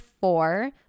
four